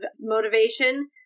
motivation